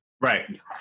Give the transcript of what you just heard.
Right